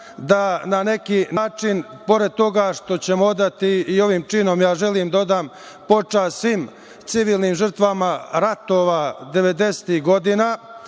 da na neki način, pored toga što ćemo odati i ovim činom, ja želim da odam počast svim civilnim žrtvama ratova 90-tih godina,